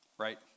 right